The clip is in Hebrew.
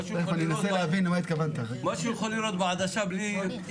אבל המועצה הדתית מקבלת הסמכה מהשר, לא מהממונה.